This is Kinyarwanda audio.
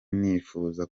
nifuza